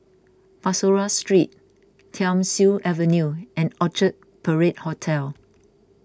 Bussorah Street Thiam Siew Avenue and Orchard Parade Hotel